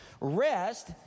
Rest